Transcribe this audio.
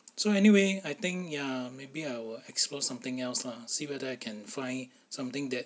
so anyway I think ya maybe I will explore something else lah see whether I can find something that